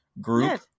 group